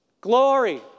glory